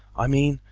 i mean,